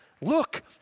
Look